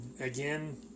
Again